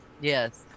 Yes